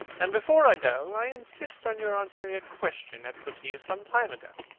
and before i go, i insist on your answering a question i put to you some time ago.